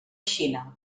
xina